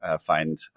find